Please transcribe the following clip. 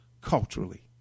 culturally